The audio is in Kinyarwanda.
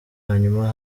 hanyuma